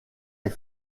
est